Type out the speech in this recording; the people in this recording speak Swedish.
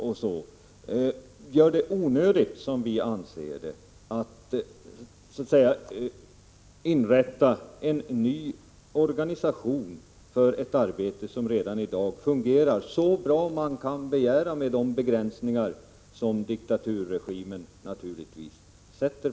Vi anser att detta gör det onödigt att inrätta en ny organisation för ett arbete som redan i dag fungerar så bra man kan begära med de begränsningar som diktaturregimen naturligtvis innebär.